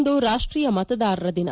ಇಂದು ರಾಷ್ಟೀಯ ಮತದಾರರ ದಿನ